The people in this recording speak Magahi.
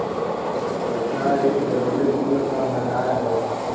पैसा एक जरूरी मूल्य का भंडार हई